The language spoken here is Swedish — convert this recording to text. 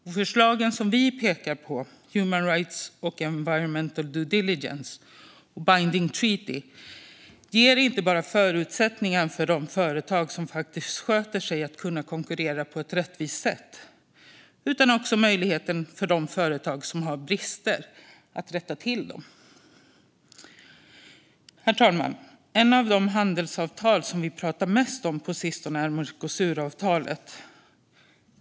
De förslag som vi pekar på - human rights due diligence, environmental due diligence och binding treaty - ger inte bara förutsättningar för de företag som faktiskt sköter sig att konkurrera på ett rättvist sätt utan också möjlighet för de företag som har brister att rätta till dem. Herr talman! Ett av de handelsavtal som vi pratat mest om på sistone är Mercosuravtalet.